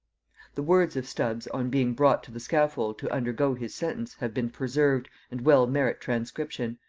the words of stubbs on being brought to the scaffold to undergo his sentence have been preserved, and well merit transcription.